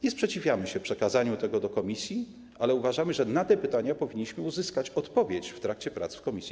Nie sprzeciwiamy się przekazaniu tego do komisji, ale uważamy, że na te pytania powinniśmy uzyskać odpowiedź w trakcie prac w komisji.